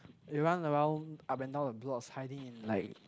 you run around up and down the blocks hiding in like